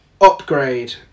Upgrade